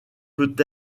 peut